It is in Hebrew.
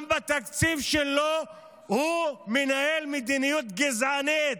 גם בתקציב שלו הוא מנהל מדיניות גזענית.